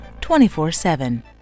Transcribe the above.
24-7